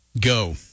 go